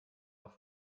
nach